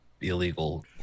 illegal